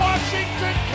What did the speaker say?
Washington